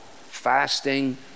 fasting